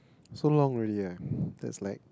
so long already ah that's like